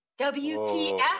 WTF